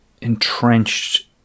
entrenched